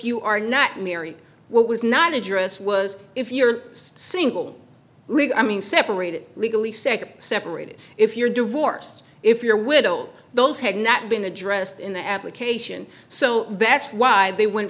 you are not married what was not address was if you're single i mean separated legally second separated if you're divorced if your widow those had not been addressed in the application so that's why they went